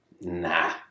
nah